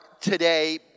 today